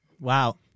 Wow